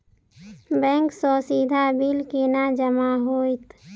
Bank सँ सीधा bill केना जमा होइत?